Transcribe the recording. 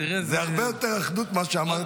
זה הרבה יותר אחדות ממה שאמרת.